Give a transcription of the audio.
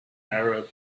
arab